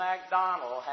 MacDonald